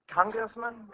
congressman